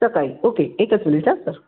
सकाळी ओके एकच मिनिट हा सर